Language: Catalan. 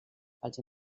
pels